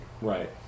Right